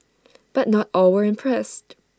but not all were impressed